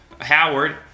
howard